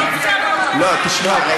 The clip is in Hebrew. תשמע.